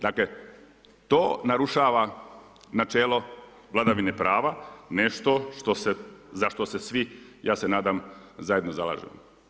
Dakle to narušava načelo vladavine prava, nešto što za što se svi, ja se nadam, zajedno zalažemo.